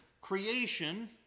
creation